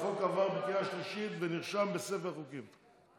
החוק עבר בקריאה שלישית ונרשם בספר החוקים.